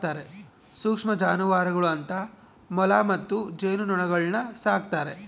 ಸೂಕ್ಷ್ಮ ಜಾನುವಾರುಗಳು ಅಂತ ಮೊಲ ಮತ್ತು ಜೇನುನೊಣಗುಳ್ನ ಸಾಕ್ತಾರೆ